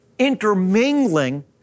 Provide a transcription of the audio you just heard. Intermingling